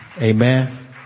Amen